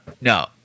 no